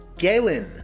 Galen